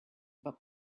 above